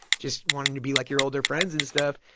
just wanting to be like your older friends and stuff.